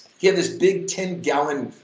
he had this big ten gallon,